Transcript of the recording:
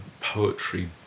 poetry